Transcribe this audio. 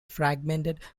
fragmented